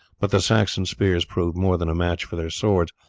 but the saxon spears proved more than a match for their swords,